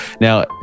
Now